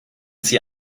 sie